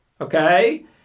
okay